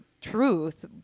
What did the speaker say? truth